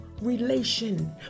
relation